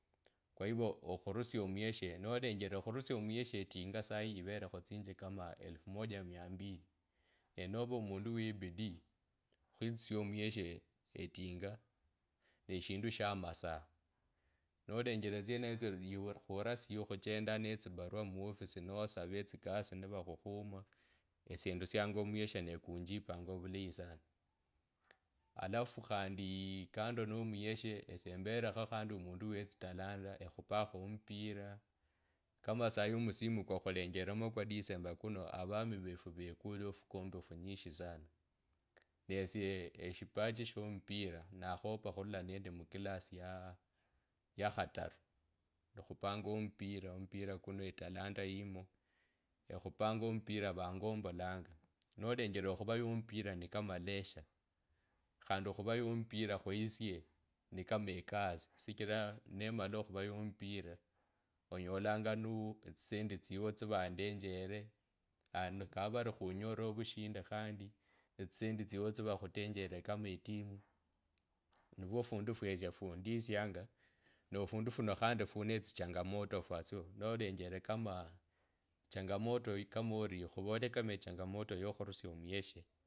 Kwa hivyo okhuriaia omuyeshe nolenjela okhurusia amuyeshe etinga sayi ivele khutsishilingi kama elfu moja miambili nova omundu wa bidii akwitsusia omuyeshe etinga meshindu shaa masaa nolenjelele tsenetsyo uukhurasie khuchendanga nende tsibarua muofisi ne tsibarua nosava tsikasi nivakhukhuma esie ndusianga omuyeshe na kujipanga ovulayi sana alafu khandi kando nende omuyeshe esie embelekho omundu we tsitalanda ekhubakho omubira, kama sai omusime kukhelenjela kuno avami refu vekule ofukombe ofunyishi sana nee esie etsipaji tsyo mpira nakhopa khurula nendi mkilasi yaa yakhataru, ekhupanga omupira, omupira kuno etalanta yimu, ekhupanda omubira vangombolanga nolengele okhuvaya omupira nikama leisure kandi khuvaya omupira khuisie ni kama ekasi shichira nemala okhuvaya omupira onyolanga noo tsisendi itsyo sivandenjelekha handi kava vari khunyole ovushindi handi etsisendi otsyo tsivatenjele kama etimu nifwo ofundu fwesyie funditsyianga no fundu funo khandi funestsyianga moto fwatsyo nolengele kama changamoto kama orikhuvole kama echangamoto yoo akhurustya amuyeshe.